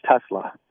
Tesla